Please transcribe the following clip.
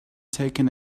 taken